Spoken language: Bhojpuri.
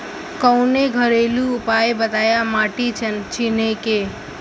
कवनो घरेलू उपाय बताया माटी चिन्हे के?